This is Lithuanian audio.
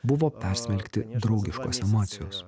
buvo persmelkti draugiškos emocijos